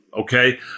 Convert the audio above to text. Okay